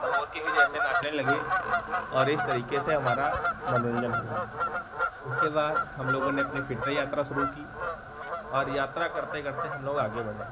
मोर के ही जैसे नाचने लगे और इस तरीके से हमारा मनोरन्जन हुआ उसके बाद हमलोगों ने अपनी फिर से यात्रा शुरू की और यात्रा करते करते हमलोग आगे बढ़े